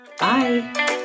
Bye